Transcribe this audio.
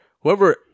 whoever